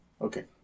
Okay